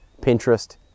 Pinterest